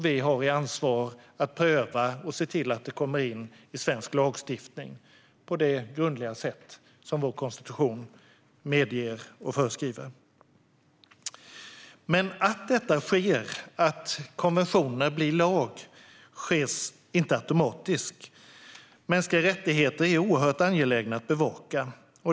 Vi har ansvar för att pröva det hela och se till att det kommer in i svensk lagstiftning på det grundliga sätt som vår konstitution medger och föreskriver. Men att konventioner blir lag sker inte automatiskt. Mänskliga rättigheter är något som är oerhört angeläget att bevaka.